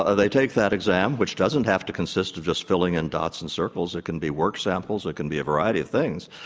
ah they take that exam, which doesn't have to consist of just filling in dots and circles. it can be work samples. it can be a variety of things,